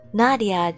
Nadia